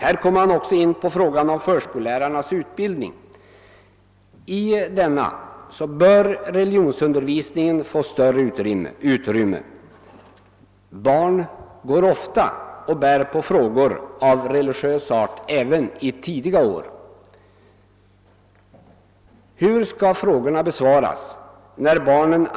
Här kommer man också in på frågan om förskollärarnas utbildning. I denna bör religionsundervisningen få större utrymme. Barn går ofta även i tidig ålder och tänker på frågor av religiös art.